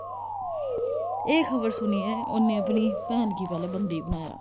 एह् खबर सुनियै उ'न्ने अपनी भैन गी पैह्ले बंदी बनाया